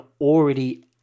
already